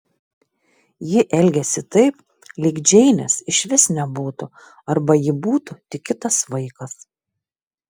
ji elgėsi taip lyg džeinės išvis nebūtų arba ji būtų tik kitas vaikas